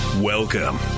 Welcome